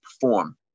perform